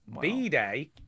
B-Day